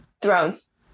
Thrones